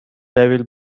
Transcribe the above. devil